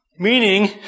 Meaning